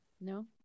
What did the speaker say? No